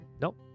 Nope